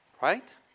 Right